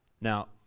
Now